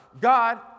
God